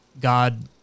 God